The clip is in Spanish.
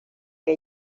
que